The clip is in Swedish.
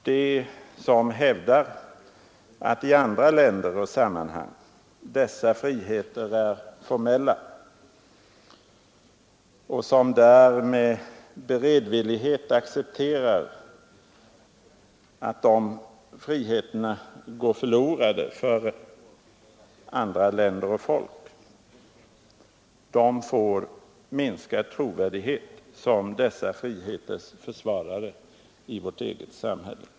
De som hävdar att i andra länder och sammanhang dessa friheter är formella och som med beredvillighet accepterar att de friheterna går förlorade för andra länder och folk får minskad trovärdighet som dessa friheters försvarare i vårt eget samhälle.